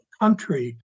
country